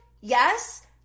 Yes